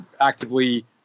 actively